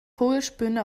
vogelspinne